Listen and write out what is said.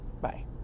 Bye